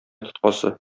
тоткасы